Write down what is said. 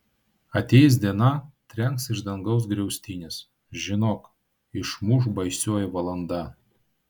ateis diena trenks iš dangaus griaustinis žinok išmuš baisioji valanda